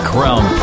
Crown